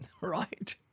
right